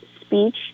speech